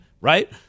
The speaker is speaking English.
right